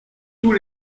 tous